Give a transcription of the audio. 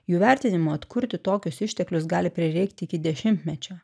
jų vertinimu atkurti tokius išteklius gali prireikti iki dešimtmečio